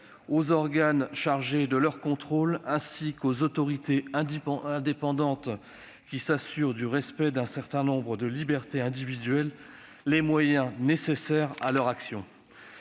aux organes chargés de leur contrôle ainsi qu'aux autorités indépendantes qui s'assurent du respect d'un certain nombre de libertés individuelles, les moyens nécessaires à leur action.